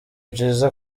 byiza